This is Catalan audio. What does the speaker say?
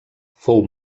fou